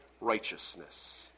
righteousness